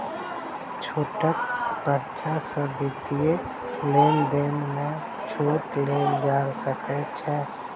छूटक पर्चा सॅ वित्तीय लेन देन में छूट लेल जा सकै छै